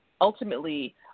ultimately